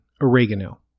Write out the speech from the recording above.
oregano